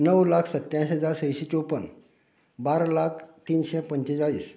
णव लाख सत्यांय हजार संयशी चौपन बारा लाख तिनशें पंचेचाळीस